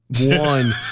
one